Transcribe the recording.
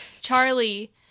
Charlie